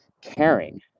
caring